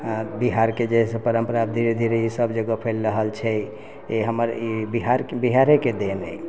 आओर बिहारके जे परम्परा आब धीरे धीरे ई सभ जगह फैलि रहल छै ई हमर ई बिहार बिहारेके देन अइ